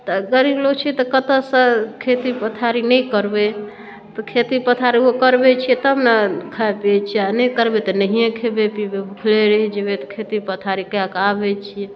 तऽ गरीब लोग छियै तऽ कतऽ सँ खेती पथारी नहि करबै तऽ खेती पथारी ओहो करबै छै तब ने खाइ पियै छियै आओर नहि करबै तऽ नहिये खेबै पिबै भुखले रहि जेबै तऽ खेती पथारी कए कऽ आबै छियै